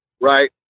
Right